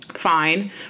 fine